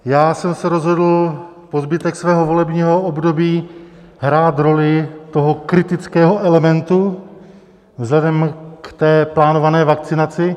Já jsem se rozhodl po zbytek svého volebního období hrát roli toho kritického elementu vzhledem k té plánované vakcinaci.